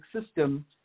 system